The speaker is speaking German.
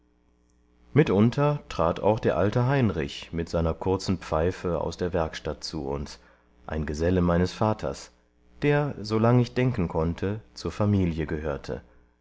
mitunter trat auch der alte heinrich mit seiner kurzen pfeife aus der werkstatt zu uns ein geselle meines vaters der solang ich denken konnte zur familie gehörte